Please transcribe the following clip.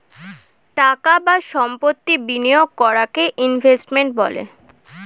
টাকা বা সম্পত্তি বিনিয়োগ করাকে ইনভেস্টমেন্ট বলে